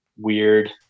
weird